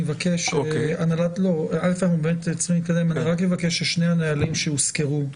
אני רק אבקש ששני הנהלים שהוזכרו,